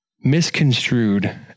misconstrued